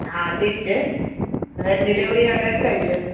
હા ઠીક છે સાહેબ ડીલેવરી એડ્રેસ કંઈ છે